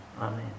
Amen